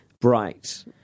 bright